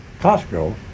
Costco